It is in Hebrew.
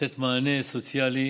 לתת מענה סוציאלי